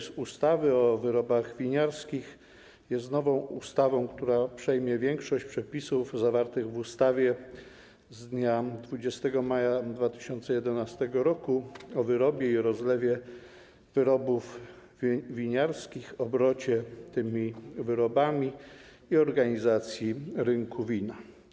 Projekt ustawy o wyrobach winiarskich jest projektem nowej ustawy, która przejmie większość przepisów zawartych w ustawie z dnia 12 maja 2011 r. o wyrobie i rozlewie wyrobów winiarskich, obrocie tymi wyrobami i organizacji rynku wina.